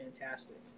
fantastic